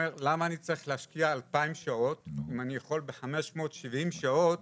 אומר למה אני צריך להשקיע 2,000 שעות אם אני יכול ב-570 שעות